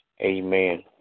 Amen